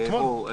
בוועדה כאן.